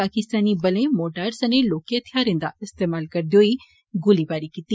पाकिस्तानी बलें मोर्टार सने लौहके हथियारें दा इस्तेमाल करदे होई गोलाबारी कीती